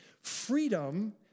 freedom